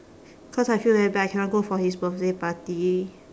cause I feel very bad I cannot go for his birthday party